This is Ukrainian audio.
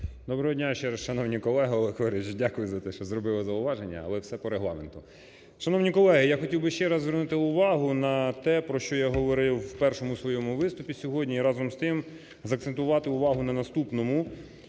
колеги. Олег Валерійович, дякую за те, що зробили зауваження, але все по Регламенту. Шановні колеги, я хотів би ще раз звернути увагу на те, про що я говорив у першому своєму виступі сьогодні, і разом з тим, закцентувати увагу на наступному.